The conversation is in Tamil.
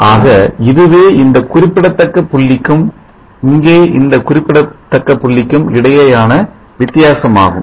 ஆக இதுவே இந்த குறிப்பிடத்தக்க புள்ளிக்கும் இங்கே இந்த குறிப்பிடத்தக்க புள்ளிக்கும் இடையேயான வித்தியாசமாகும்